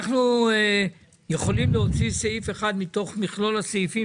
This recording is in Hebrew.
אנחנו יכולים להוציא סעיף אחד מתוך מכלול הסעיפים